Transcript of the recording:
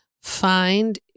find